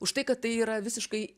užtai kad tai yra visiškai